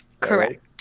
Correct